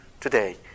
today